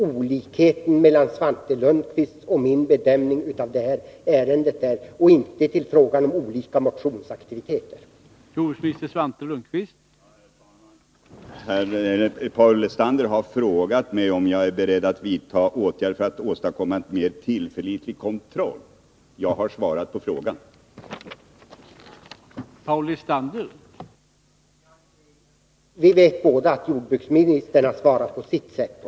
Eftersom man kan anta att i alla länder används de preparat som är tillåtna, vore en rimlig åtgärd att undvika import av livsmedel från länder som tillåter preparat vilka är förbjudna i Sverige. Är jordbruksministern beredd att medverka till en sådan ordning att livsmedel och trädgårdsprodukter ej köps från länder vilka tillåter användande av kemiska preparat som är förbjudna i Sverige?